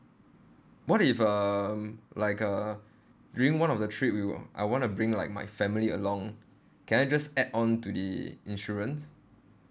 what if uh like uh during one of the trip we will I wanna bring like my family along can I just add on to the insurance